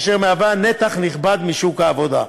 אשר מהווה נתח נכבד משוק העבודה.